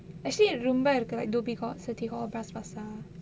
actually ரொம்ப இருக்கு:romba irukku like dhoby ghaut city hall bras basah